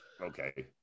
Okay